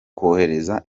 kohereza